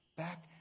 Back